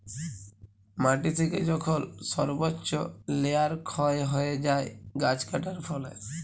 মাটি থেকে যখল সর্বচ্চ লেয়ার ক্ষয় হ্যয়ে যায় গাছ কাটার ফলে